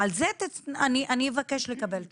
על זה אני אבקש לקבל תשובה.